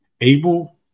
Abel